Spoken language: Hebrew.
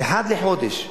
אחת לחודש,